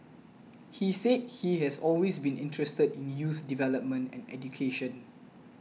he said he has always been interested in youth development and education